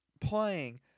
playing